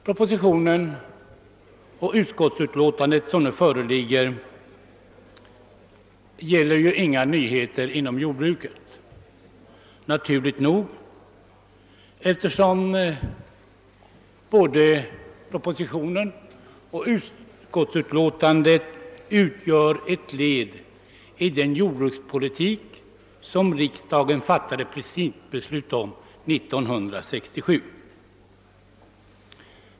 Propositionen och det föreliggande utskottsutlåtandet behandlar ju inga nyheter inom jordbruket; naturligt nog eftersom både propositionen och utlåtandet utgör ett led i den jordbrukspo litik som riksdagen fattade principbeslut om 1967.